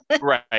Right